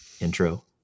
intro